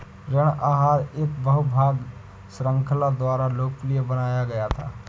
ऋण आहार एक बहु भाग श्रृंखला द्वारा लोकप्रिय बनाया गया था